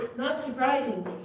but not surprisingly,